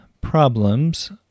problems